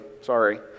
sorry